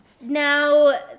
Now